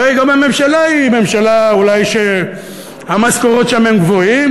הרי גם הממשלה היא אולי ממשלה שהמשכורות שם הן גבוהות,